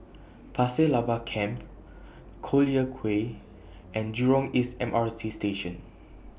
Pasir Laba Camp Collyer Quay and Jurong East M R T Station